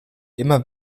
immer